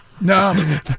No